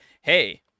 hey